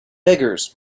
beggars